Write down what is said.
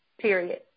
Period